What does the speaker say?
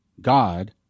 God